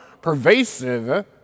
pervasive